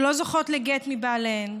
שלא זוכות לגט מבעליהן.